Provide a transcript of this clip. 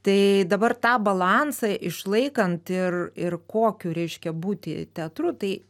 tai dabar tą balansą išlaikant ir ir kokiu reiškia būti teatru tai